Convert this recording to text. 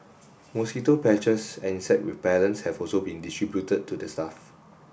mosquito patches and insect repellents have also been distributed to the staff